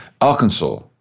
Arkansas